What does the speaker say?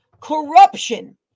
corruption